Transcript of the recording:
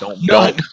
none